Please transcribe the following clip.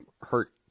hurt